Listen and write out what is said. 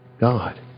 God